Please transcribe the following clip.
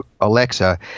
Alexa